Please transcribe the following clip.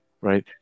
right